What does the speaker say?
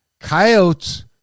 Coyotes